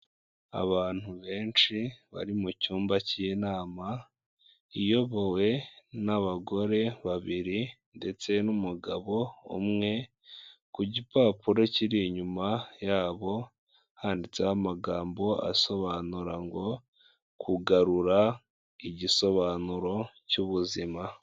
Abantu benshi bari mu cyumba cy'inama iyobowe n'abagore babiri, ndetse n'umugabo umwe, ku gipapuro kiri inyuma yabo handitseho amagambo asobanura ngo kugarura igisobanuro cy'ubuzima.